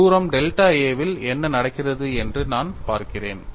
தூரம் delta a வில் என்ன நடக்கிறது என்று நான் பார்க்கிறேன்